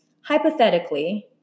Hypothetically